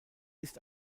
ist